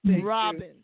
Robin